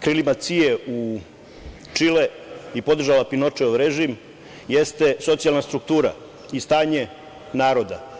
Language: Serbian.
krilima CIA u Čile i podržala Pinočeov režim, jeste socijalna struktura i stanje naroda.